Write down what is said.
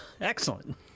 Excellent